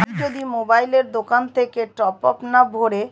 আমি যদি মোবাইলের দোকান থেকে টপআপ না ভরে